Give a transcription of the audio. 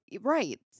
right